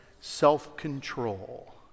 Self-control